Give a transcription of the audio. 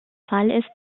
fall